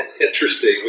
Interesting